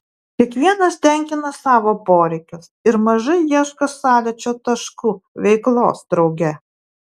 kiekvienas tenkina savo poreikius ir mažai ieško sąlyčio taškų veiklos drauge